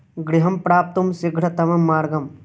गृहं प्राप्तुं शीघ्रतमं मार्गम्